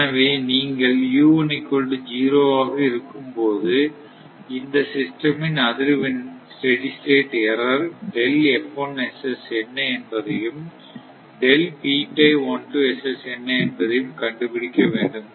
எனவே நீங்கள் ஆக இருக்கும் போது இந்த சிஸ்டம் இன் அதிர்வெண் ஸ்டெடி ஸ்டேட் எர்ரர் என்ன என்பதையும் என்ன என்பதையும் கண்டுபிடிக்க வேண்டும்